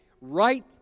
Right